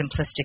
simplistic